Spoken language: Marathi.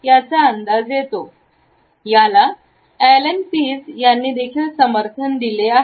याला अॅलन पीझ यांनी देखील समर्थन दिले आहे